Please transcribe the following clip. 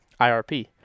IRP